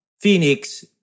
Phoenix